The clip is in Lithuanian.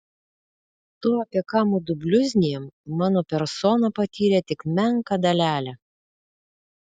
to apie ką mudu bliuznijam mano persona patyrė tik menką dalelę